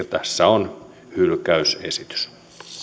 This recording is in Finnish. tässä on hylkäysesitys